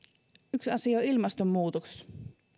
yksi asia on ilmastonmuutos